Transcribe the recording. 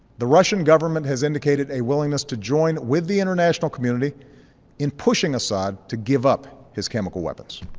the russian government has indicated a willingness to join with the international community in pushing assad to give up his chemical weapons.